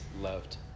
loved